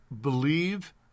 believe